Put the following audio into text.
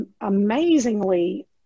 amazingly